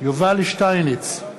יובל שטייניץ,